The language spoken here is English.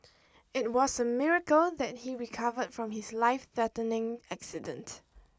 it was a miracle that he recovered from his lifethreatening accident